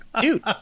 dude